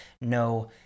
no